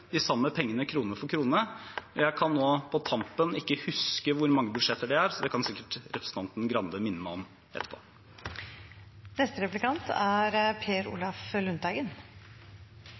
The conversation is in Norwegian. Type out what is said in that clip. de samme pengene, krone for krone. Nå på tampen kan jeg ikke huske hvor mange budsjetter det er, så det kan sikkert representanten Grande minne meg om etterpå. Dagens debatt er